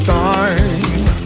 time